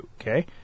Okay